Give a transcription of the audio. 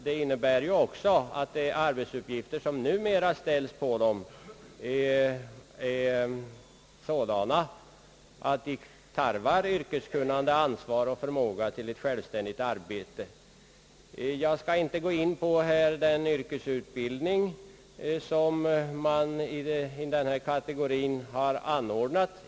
Det innebär också att de arbetsuppgifter som numera läggs på dem är sådana, att de tarvar yrkeskunnande, ansvarskänsla och förmåga till självständigt arbete. Jag skall här inte gå in på den yrkesutbildning som denna kategori har.